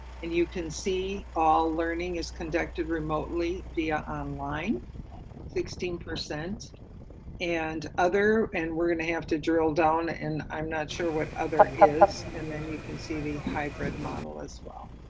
and you can see all learning is conducted remotely via online sixteen. and and other and we're going to have to drill down and i'm not sure what other is, and then you can see the hybrid model as well.